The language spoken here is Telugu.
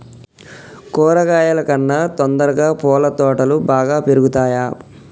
కూరగాయల కన్నా తొందరగా పూల తోటలు బాగా పెరుగుతయా?